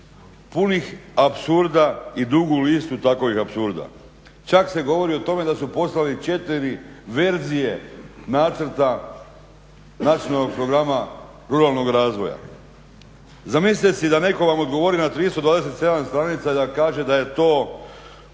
Punih apsurda i dugu listu takovih apsurda. Čak se govori o tome da su poslali 4 verzije nacrta nacionalnog programa ruralnog razvoja. Zamislite si da netko vam odgovori na 327 stranica i da kaže da je to